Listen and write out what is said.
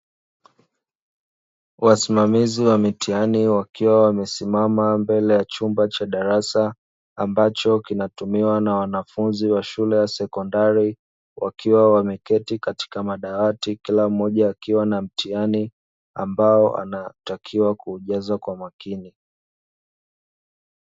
Wasimamizi wa mitihani wakiwa wamesimama mbele ya chumba cha darasa, ambacho kinatumiwa na wanafunzi wa shule ya sekondari, wakiwa wameketi katika madawati kila mmoja akiwa na mtihani; ambao anatakiwa kujaza kwa makini.